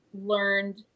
learned